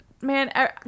man